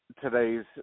today's